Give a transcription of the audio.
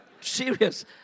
serious